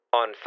on